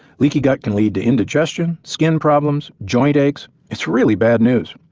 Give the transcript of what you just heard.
leaky gut can lead to indigestion, skin problems, joint aches. it's really bad news.